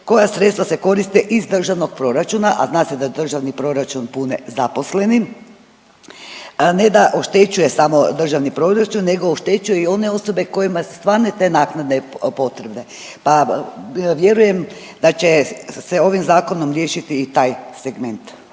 koja sredstva se koriste iz državnog proračuna, a zna se sa državni proračun pune zaposleni. Ne da oštećuje samo državni proračun nego oštećuje i one osobe kojima su stvarno te naknade potrebne. Pa vjerujem da će se ovim zakonom riješiti i taj segment.